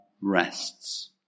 rests